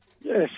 Yes